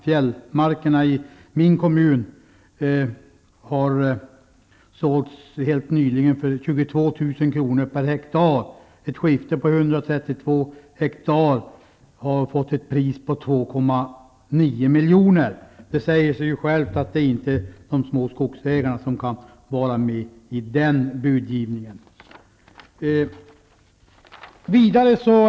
Fjällmarker i min hemkommun har helt nyligen sålts för 22 000 kr. per hektar. Ett skifte på 132 hektar har fått ett pris på 2,9 miljoner. Det säger sig självt att de små skogsägarna inte kan vara med i en sådan budgivning.